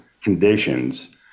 conditions